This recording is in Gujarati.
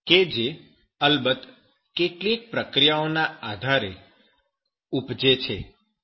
કે જે અલબત્ત કેટલીક પ્રક્રિયાઓના આધારે ઉપજે છે